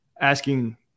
asking